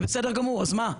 זה בסדר גמור, אז מה?